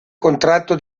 contratto